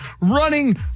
running